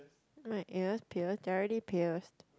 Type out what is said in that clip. my ears pierced directly pierced